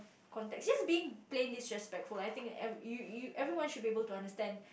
context just being plain disrespectful lah I think ev~ you you everyone should be able to understand